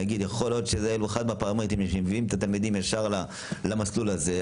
ונגיד שיכול להיות שזה --- שמביאים את התלמידים ישר למסלול הזה,